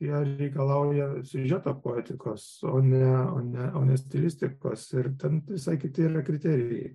jie reikalauja siužeto poetikos o ne o ne o ne stilistikos ir ten visai kiti eina kriterijai